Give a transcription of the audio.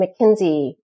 McKinsey